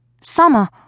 Summer